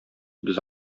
без